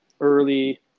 early